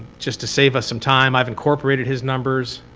just to save us some time, i've incorporated his numbers.